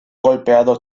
golpeado